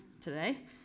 today